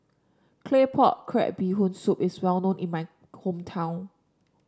Claypot Crab Bee Hoon Soup is well known in my hometown